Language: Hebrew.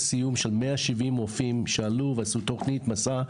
סיום של 170 רופאים שעלו ועשו תוכנית מסע,